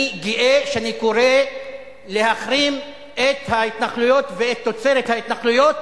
אני גאה שאני קורא להחרים את ההתנחלויות ואת תוצרת ההתנחלויות.